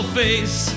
face